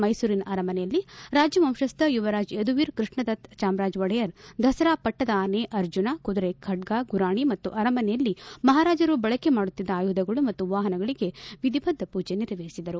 ಮೈಸೂರಿನ ಅರಮನೆಯಲ್ಲಿ ರಾಜವಂಶಸ್ಟ ಯುವರಾಜ ಯದುವೀರ್ ಕೃಷ್ಣದತ್ತ ಚಾಮರಾಜ ಒಡೆಯರ್ ದಸರಾ ಪಟ್ನದ ಆನೆ ಅರ್ಜನ ಕುದುರೆ ಖಡ್ಲ ಗುರಾಣಿ ಮತ್ತು ಅರಮನೆಯಲ್ಲಿ ಮಹಾರಾಜರು ಬಳಕೆ ಮಾಡುತ್ತಿದ್ದ ಆಯುಧಗಳು ಮತ್ತು ವಾಹನಗಳಿಗೆ ವಿಧಿಬದ್ದಪೂಜೆ ನೆರವೇರಿಸಿದರು